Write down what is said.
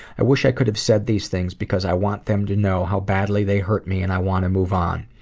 i wish i could have said these things because i want them to know how badly they hurt me, and i want to move on.